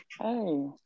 Hey